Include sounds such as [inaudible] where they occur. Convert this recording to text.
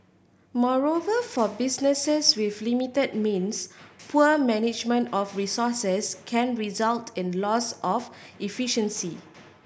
[noise] moreover for businesses with limited means poor management of resources can result in loss of efficiency